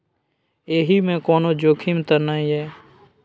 एहि मे कोनो जोखिम त नय?